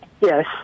Yes